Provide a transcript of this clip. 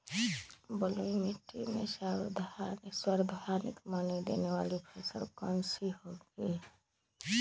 बलुई मिट्टी में सर्वाधिक मनी देने वाली फसल कौन सी होंगी?